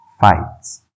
fights